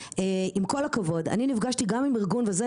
עם כל הכבוד אני נפגשתי גם עם ארגון וזה